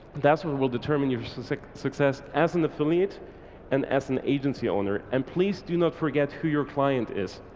that's what will determine your success as an affiliate and as an agency owner, and please do not forget who your client is.